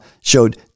showed